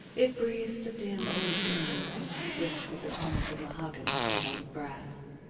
it breathes of dim old rooms, rich with the tones of mahogany and old brass,